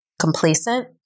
complacent